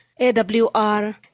AWR